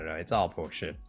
and it's all quotient